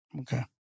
Okay